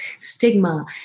stigma